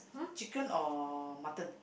chicken or mutton